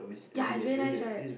ya is very nice right